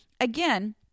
again